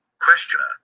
Questioner